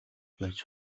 байж